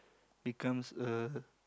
becomes a